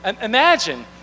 imagine